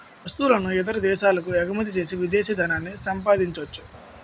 వస్తువులను ఇతర దేశాలకు ఎగుమచ్చేసి విదేశీ ధనాన్ని సంపాదించొచ్చు